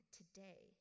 today